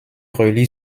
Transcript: relie